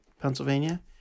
Pennsylvania